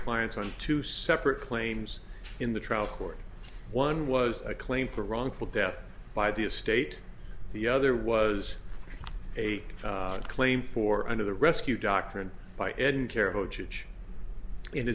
clients on two separate claims in the trial court one was a claim for wrongful death by the estate the other was a claim for and of the rescue doctrine by